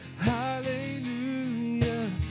Hallelujah